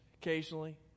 occasionally